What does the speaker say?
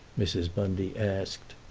mrs. bundy asked.